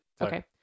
Okay